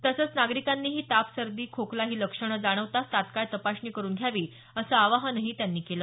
तसंच नागरीकांनीही ताप सर्दी खोकला ही लक्षणं जाणवताच तात्काळ तपासणी करुन घ्यावी असं आवाहन त्यांनी केलं